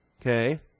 Okay